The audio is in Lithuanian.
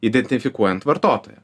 identifikuojant vartotoją